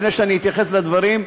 לפני שאני אתייחס לדברים,